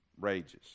Rages